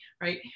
right